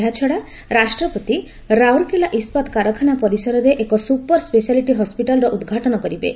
ଏହାଛଡା ରାଷ୍ଟ୍ରପତି ରାଉରକେଲା ଇସ୍କାତ କାରଖାନା ପରିସରରେ ଏକ ସୁପର ସ୍ୱେସିଆଲିଟି ହସ୍ପିଟାଲର ଉଦ୍ଘାଟନ କରିବେ